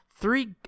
three